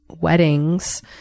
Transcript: weddings